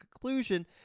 conclusion